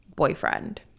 Boyfriend